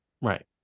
Right